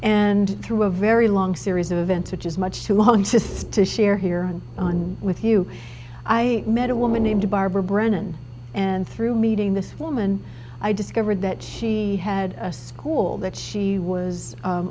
and through a very long series of events which is much too long just to share here with you i met a woman named barbara brennan and through meeting this woman i discovered that she had a school that she was